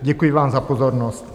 Děkuji vám za pozornost.